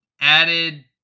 added